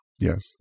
Yes